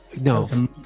no